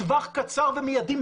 טווח קצר ומיידי,